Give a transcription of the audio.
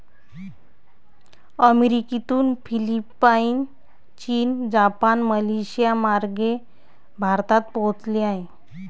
अमेरिकेतून फिलिपाईन, चीन, जपान, मलेशियामार्गे भारतात पोहोचले आहे